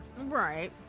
Right